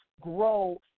grow